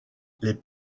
les